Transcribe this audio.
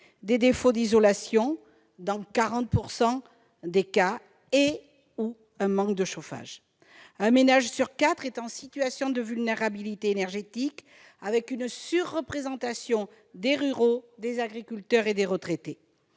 Des défauts d'isolation dans 40 % des cas et/ou un manque de chauffage. Un ménage sur quatre est en situation de vulnérabilité énergétique, avec une surreprésentation des ruraux, des agriculteurs et des retraités.